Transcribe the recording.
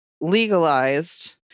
legalized